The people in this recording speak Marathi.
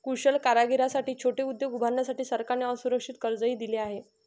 कुशल कारागिरांसाठी छोटे उद्योग उभारण्यासाठी सरकारने असुरक्षित कर्जही दिले आहे